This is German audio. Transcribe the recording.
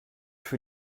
für